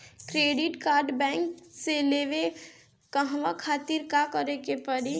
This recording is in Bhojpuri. क्रेडिट कार्ड बैंक से लेवे कहवा खातिर का करे के पड़ी?